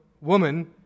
woman